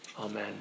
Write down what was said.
Amen